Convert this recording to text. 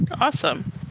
Awesome